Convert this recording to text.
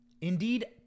Indeed